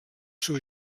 seu